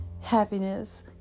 happiness